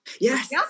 Yes